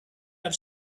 have